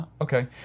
okay